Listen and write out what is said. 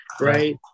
right